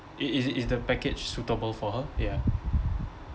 i~ is is the package suitable for her ya